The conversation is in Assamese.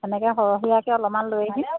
তেনেকৈ সৰহীয়াকৈ অলপমান লৈ আহিম